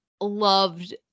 loved